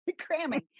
cramming